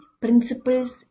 Principles